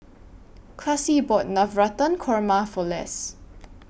Classie bought Navratan Korma For Les